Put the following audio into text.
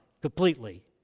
completely